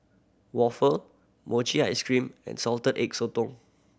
waffle mochi ice cream and Salted Egg Sotong